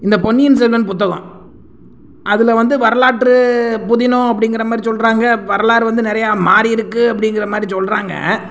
இந்த பொன்னியின் செல்வன் புத்தகம் அதில் வந்து வரலாற்று புதினம் அப்படிங்கிற மாதிரி சொல்லுறாங்க வரலாறு வந்து நிறையா மாதிரி இருக்கு அப்படிங்கிற மாதிரி சொல்லுறாங்க